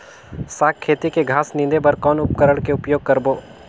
साग खेती के घास निंदे बर कौन उपकरण के उपयोग करबो?